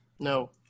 No